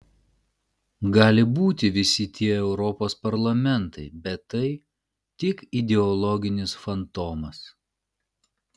gali būti visi tie europos parlamentai bet tai tik ideologinis fantomas